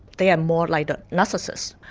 they are more like a narcissist,